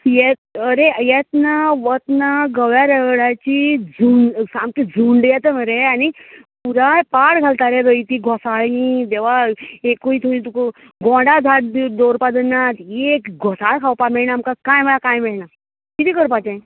येत रे येतना वतना गव्यारेवड्याची झूंड सामकी झूंड येता मरे आनी पुराय पाड घालता रे रयती घोसाळीं देवा एकूय थंय तुका गोडां धाप दवरपा दिनात एक घोसाळें खावपा मेळना आमकां कांय म्हणळ्यार कांय मेळना किदें करपाचें